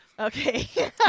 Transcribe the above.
Okay